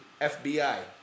F-B-I